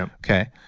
um okay.